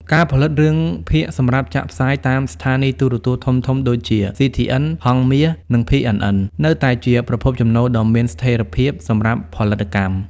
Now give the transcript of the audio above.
ការផលិតរឿងភាគសម្រាប់ចាក់ផ្សាយតាមស្ថានីយទូរទស្សន៍ធំៗដូចជា CTN, Hang Meas និង PNN នៅតែជាប្រភពចំណូលដ៏មានស្ថិរភាពសម្រាប់ផលិតកម្ម។